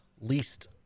least